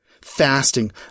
fasting